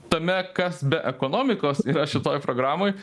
tame kas be ekonomikos yra šitoj programoj